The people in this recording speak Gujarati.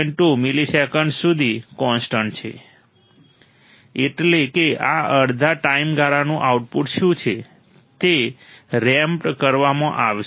2 મિલિસેકન્ડ્સ સુધી કોન્સ્ટન્ટ છે એટલે કે આ અડધા ટાઈમગાળાનું આઉટપુટ શું છે તે રેમ્પ્ડ કરવામાં આવશે